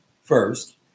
first